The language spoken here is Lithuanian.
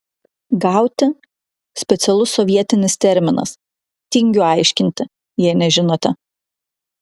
gauti specialus sovietinis terminas tingiu aiškinti jei nežinote